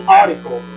article